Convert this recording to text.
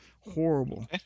Horrible